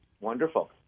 Wonderful